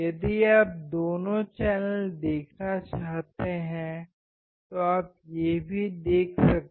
यदि आप दोनों चैनल देखना चाहते हैं तो आप ये भी देख सकते हैं